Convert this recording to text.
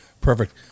Perfect